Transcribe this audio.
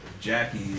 Jackie